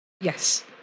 yes